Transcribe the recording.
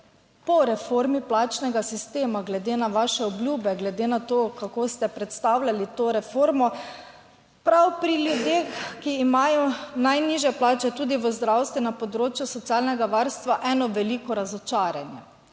po reformi plačnega sistema glede na vaše obljube, glede na to, kako ste predstavljali to reformo, prav pri ljudeh, ki imajo najnižje plače tudi v zdravstvu, na področju socialnega varstva eno veliko razočaranje.